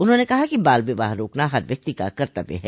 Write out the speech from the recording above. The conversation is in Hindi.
उन्होंने कहा कि बाल विवाह रोकना हर व्यक्ति का कर्तव्य है